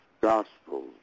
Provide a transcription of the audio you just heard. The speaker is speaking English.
gospel